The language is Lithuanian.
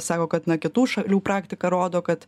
sako kad na kitų šalių praktika rodo kad